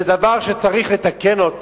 זה דבר שצריך לתקן.